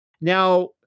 now